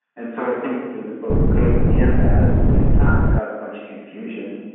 and so i think it was both good and bad at the same time. it caused a bunch of confusion,